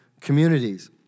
communities